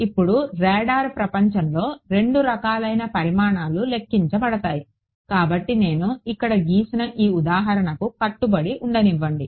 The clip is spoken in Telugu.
ఇప్పుడు రాడార్ ప్రపంచంలో రెండు రకాలైన పరిమాణాలు లెక్కించబడతాయి కాబట్టి నేను ఇక్కడ గీసిన ఈ ఉదాహరణకి కట్టుబడి ఉండనివ్వండి